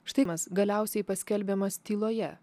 štai mes galiausiai paskelbiamas tyloje